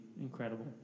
incredible